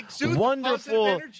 wonderful